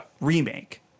remake